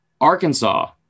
Arkansas